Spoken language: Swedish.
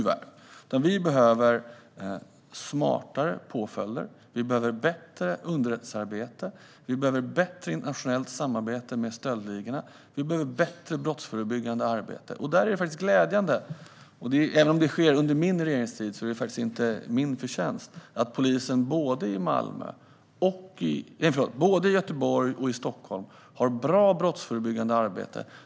Vad vi behöver är smartare påföljder, bättre underrättelsearbete, bättre internationellt samarbete kring stöldligorna och ett bättre brottsförebyggande arbete. Där är det faktiskt glädjande - även om det inte är min förtjänst, fast det sker under min regeringstid - att polisen både i Göteborg och i Stockholm har ett bra brottsförebyggande arbete.